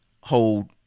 hold